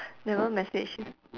never message you